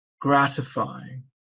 gratifying